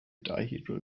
dihedral